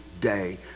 day